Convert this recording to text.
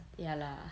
ya lah